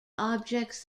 objects